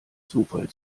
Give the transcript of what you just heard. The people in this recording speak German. zufall